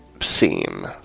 scene